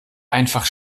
einfach